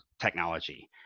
technology